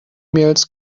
mails